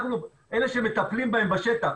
אנחנו אלה שמטפלים בהם בשטח,